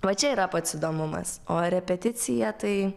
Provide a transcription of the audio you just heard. va čia yra pats įdomumas o repeticija tai